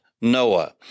Noah